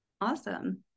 Awesome